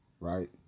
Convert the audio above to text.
Right